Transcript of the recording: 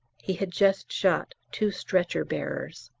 he had just shot two stretcher-bearers.